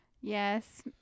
Yes